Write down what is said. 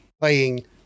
playing